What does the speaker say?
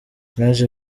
haje